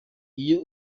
iyo